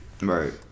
Right